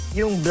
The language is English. yung